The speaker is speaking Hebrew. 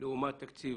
לעומת תקציב